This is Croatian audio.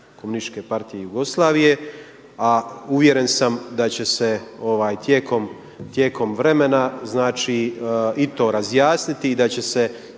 pravni slijednik KPJ-u, a uvjeren sam da će tijekom vremena i to razjasniti i da će se